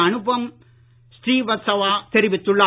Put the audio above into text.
அனுபம் ஸ்ரீவாஸ்தவா தெரிவித்துள்ளார்